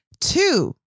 Two